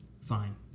fine